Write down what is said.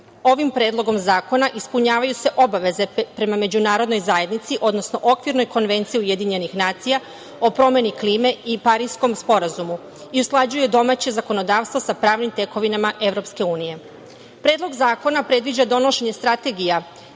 Ovim predlogom zakona ispunjavaju se obaveze prema međunarodnoj zajednici, odnosno okvirnoj konvenciji UN o promeni klime i Pariskom sporazumu i usklađuje domaće zakonodavstvo sa pravnim tekovinama EU.Predlog zakona predviđa donošenje strategija